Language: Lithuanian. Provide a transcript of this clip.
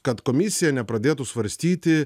kad komisija nepradėtų svarstyti